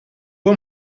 può